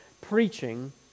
preaching